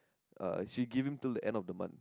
uh she give him till end of the month